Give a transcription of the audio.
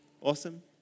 Awesome